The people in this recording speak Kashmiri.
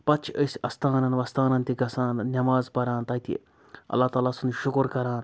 پَتہٕ چھِ أسۍ اَستانَن وستانَن تہِ گَژھان نٮ۪ماز پَران تَتہِ اللہ تعالیٰ سُنٛد شُکُر کَران